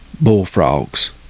bullfrogs